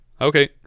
okay